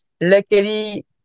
luckily